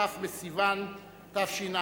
כ' בסיוון תשע"א,